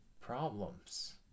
problems